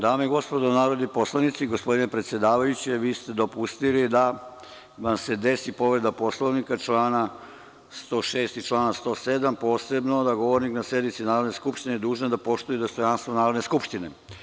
Dame i gospodo narodni poslanici, gospodine predsedavajući, vi ste dopustili da vam se desi povreda Poslovnika člana 106. i člana 107. – posredno da govornik na sednici Narodne skupštine dužan je da poštuje dostojanstvo Narodne skupštine.